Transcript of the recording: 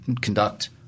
conduct